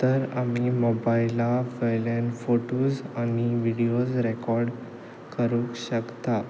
तर आमी मोबायलावयल्यान फोटोज आनी व्हिडियोज रेकोर्ड करूंक शकता